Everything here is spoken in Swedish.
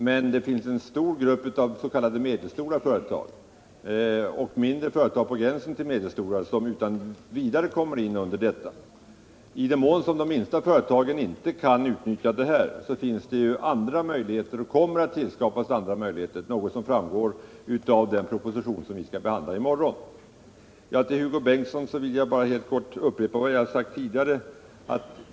Det finns alltså en stor grupp av s.k. medelstora företag och mindre företag på gränsen till medelstora, som utan vidare kommer över gränsen i fråga. I den mån som de minsta företagen inte kan utnyttja denna möjlighet finns det och kommer att tillskapas andra möjligheter, något som framgår av den proposition som vi skall behandla i morgon. Till Hugo Bengtsson vill jag bara helt kort upprepa vad jag sagt tidigare.